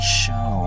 show